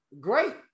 great